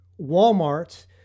Walmart